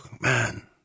man